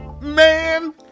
man